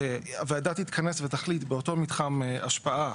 הוועדה תתכנס ותחליט באותו מתחם השפעה,